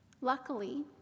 Luckily